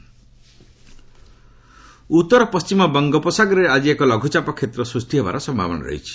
ଓଡ଼ିଶା ଓ଼ଦର ଉତ୍ତର ପଶ୍ଚିମ ବଙ୍ଗୋପ ସାଗରରେ ଆଜି ଏକ ଲଘୁଚାପ କ୍ଷେତ୍ର ସୃଷ୍ଟି ହେବାର ସମ୍ଭାବନା ରହିଛି